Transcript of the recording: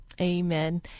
Amen